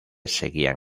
seguían